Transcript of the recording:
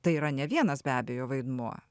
tai yra ne vienas be abejo vaidmuo